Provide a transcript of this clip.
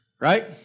Right